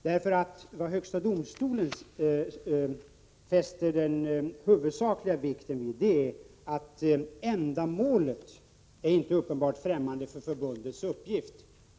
Vad högsta domstolen fäster den huvudsakliga vikten vid är att ändamålet inte är uppenbart främmande för förbundets uppgift.